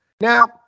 now